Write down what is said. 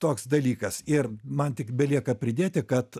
toks dalykas ir man tik belieka pridėti kad